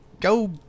go